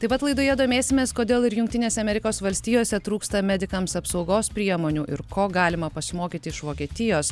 taip pat laidoje domėsimės kodėl ir jungtinėse amerikos valstijose trūksta medikams apsaugos priemonių ir ko galima pasimokyti iš vokietijos